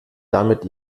damit